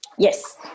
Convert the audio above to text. Yes